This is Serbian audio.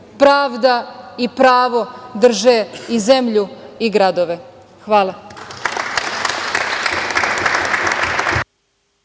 pravda i pravo drže i zemlju i gradove. Hvala.